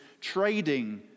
trading